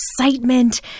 excitement